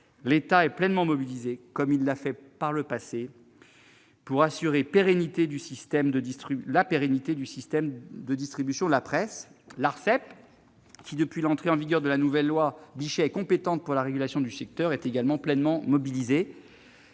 l'État est pleinement mobilisé, comme il l'a été dans le passé, pour assurer la pérennité du système de distribution de la presse. L'Arcep, qui, depuis l'entrée en vigueur de la nouvelle loi Bichet, est compétente pour la régulation du secteur, est également pleinement mobilisée.